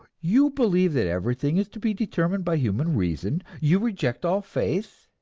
you believe that everything is to be determined by human reason? you reject all faith?